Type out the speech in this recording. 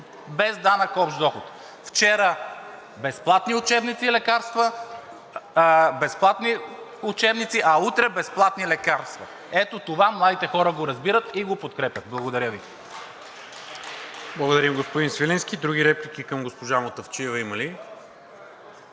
без данък общ доход. Вчера безплатни учебници, а утре безплатни лекарства. Ето това младите хора го разбират и го подкрепят. Благодаря Ви.